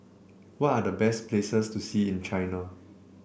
what are the best places to see in China